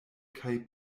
kaj